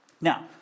Now